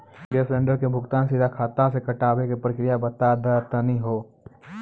Gas cylinder के भुगतान सीधा खाता से कटावे के प्रक्रिया बता दा तनी हो?